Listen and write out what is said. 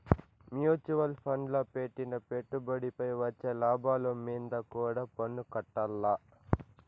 mutual ఫండ్ల పెట్టిన పెట్టుబడిపై వచ్చే లాభాలు మీంద కూడా పన్నుకట్టాల్ల